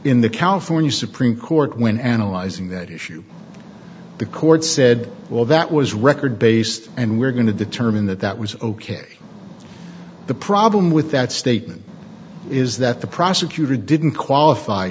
in the california supreme court when analyzing that issue the court said well that was record based and we're going to determine that that was ok the problem with that statement is that the prosecutor didn't qualify